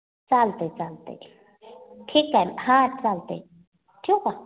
चालते आहे चालते आहे ठीक आहे हां चालते आहे ठेवू का